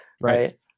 right